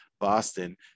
Boston